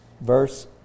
Verse